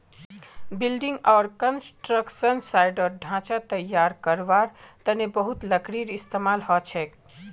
building आर construction साइटत ढांचा तैयार करवार तने बहुत लकड़ीर इस्तेमाल हछेक